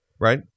right